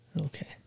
Okay